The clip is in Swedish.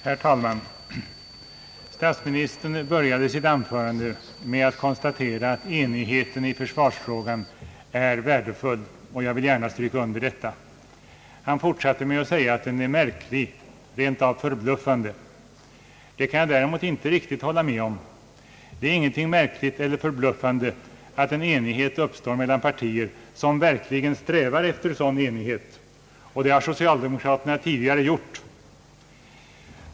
Herr talman! Statsministern började sitt anförande med att konstatera att enighet i försvarsfrågan är värdefullt, och jag vill gärna stryka under detta. Han fortsatte med att säga att den är märklig, rent av förbluffande. Det kan jag däremot inte hålla med om. Det är inte något märkligt eller förbluffande att enighet uppstått mellan partier, som verkligen strävar efter sådan enighet och det har socialdemokraterna tidigare gjort.